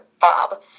bob